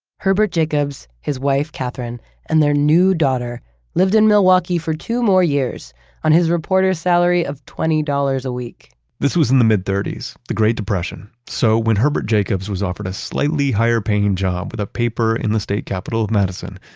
herbert jacobs, his wife katherine and their new daughter lived in milwaukee for two more years on his reporter's salary of twenty dollars a week this was in the mid-thirties, the great depression. so when herbert jacobs was offered a slightly higher paying job with a paper in the state capital of madison,